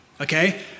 okay